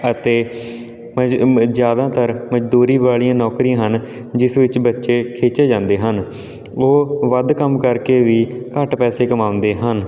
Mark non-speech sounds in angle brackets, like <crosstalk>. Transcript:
ਅਤੇ <unintelligible> ਜ਼ਿਆਦਾਤਰ ਮਜ਼ਦੂਰੀ ਵਾਲੀਆਂ ਨੌਕਰੀਆਂ ਹਨ ਜਿਸ ਵਿੱਚ ਬੱਚੇ ਖਿੱਚੇ ਜਾਂਦੇ ਹਨ ਉਹ ਵੱਧ ਕੰਮ ਕਰਕੇ ਵੀ ਘੱਟ ਪੈਸੇ ਕਮਾਉਂਦੇ ਹਨ